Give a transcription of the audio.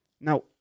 now